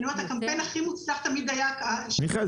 הקמפיין הכי מוצלח תמיד היה --- מיכאל,